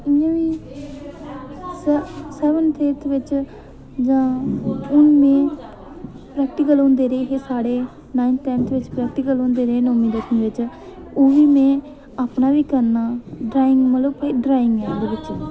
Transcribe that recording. इ'यां बी seventh eighth बिच जां हून बी प्रैक्टिक्ल होंदे रेह् ऐ साढ़े नाइनथ टैंथ बिच प्रैक्टिकल होंदे रेह् न नोमीं दसमीं बिच ओह् बी में अपना बी करना ड्राइंग मतलब कि ड्राइंग ऐ एह्दे बिच